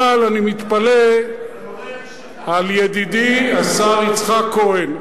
אבל אני מתפלא על ידידי השר יצחק כהן.